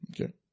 Okay